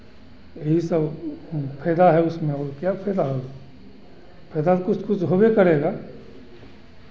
यही सब फ़ायदा है उसमें और क्या फ़ायदा होगा फ़ायदा तो कुछ कुछ होबे करेगा